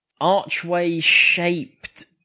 archway-shaped